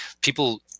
people